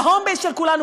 ל-home base של כולנו,